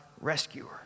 rescuer